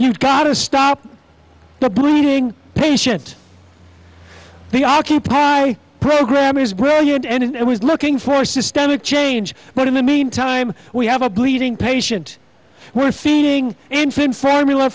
you've got to stop the bleeding patient the occupy program is brilliant and it was looking for systemic change but in the meantime we have a bleeding patient we're feeding infant formula